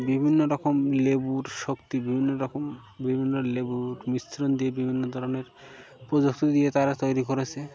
বিভিন্ন রকম লেবুর শক্তি বিভিন্ন রকম বিভিন্ন লেবুর মিশ্রণ দিয়ে বিভিন্ন ধরনের প্রযুক্তি দিয়ে তারা তৈরি করেছে